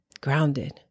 grounded